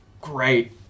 great